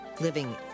Living